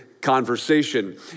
conversation